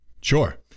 Sure